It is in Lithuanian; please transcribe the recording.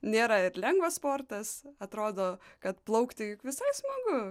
nėra ir lengvas sportas atrodo kad plaukti juk visai smagu